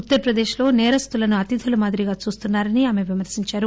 ఉత్తరప్రదేశ్ లో నేరస్తులను అతిథుల మాదిరిగా చూస్తున్నా రని విమర్పించారు